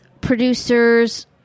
producers